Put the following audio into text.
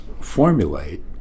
formulate